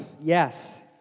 Yes